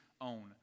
own